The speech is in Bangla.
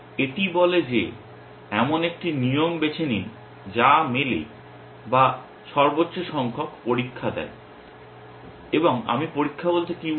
এটি বলে যে এমন একটি নিয়ম বেছে নিন যা মেলে বা সর্বোচ্চ সংখ্যক পরীক্ষা দেয় এবং আমি পরীক্ষা বলতে কী বুঝি